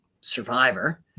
survivor